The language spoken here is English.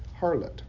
harlot